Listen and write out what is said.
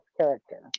character